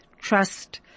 trust